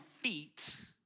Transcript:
feet